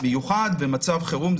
חירום ומצב מיוחד.